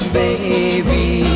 baby